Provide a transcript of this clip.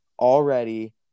already